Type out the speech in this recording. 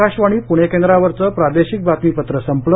आकाशवाणी पूणे केंद्रावरचं प्रादेशिक बातमीपत्र संपलं